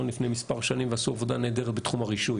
לפני כמה שנים ועשו עבודה נהדרת בתחום הרישוי,